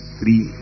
three